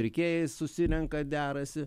pirkėjais susirenka derasi